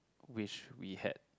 wish we had